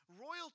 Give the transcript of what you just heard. royalty